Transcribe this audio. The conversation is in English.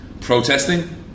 Protesting